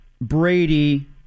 Brady